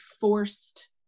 forced